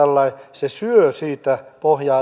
se syö siitä pohjaa